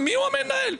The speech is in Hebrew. מי המנהל.